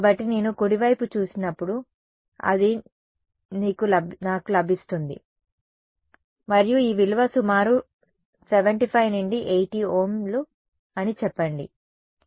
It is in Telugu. కాబట్టి నేను కుడివైపు చూసినప్పుడు ఇది నాకు లభిస్తుంది మరియు ఈ విలువ సుమారు 75 నుండి 80 ఓంలు అని చెప్పండి